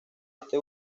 este